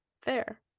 fair